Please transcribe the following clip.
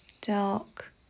dark